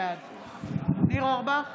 בעד ניר אורבך,